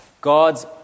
God's